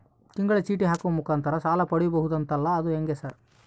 ತಿಂಗಳ ಚೇಟಿ ಹಾಕುವ ಮುಖಾಂತರ ಸಾಲ ಪಡಿಬಹುದಂತಲ ಅದು ಹೆಂಗ ಸರ್?